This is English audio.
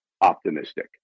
optimistic